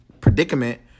predicament